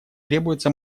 требуется